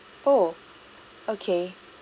oh okay